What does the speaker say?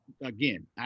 again